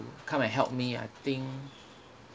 come and help me I think